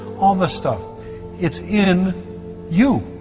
all this staff it's in you,